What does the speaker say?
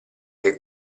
che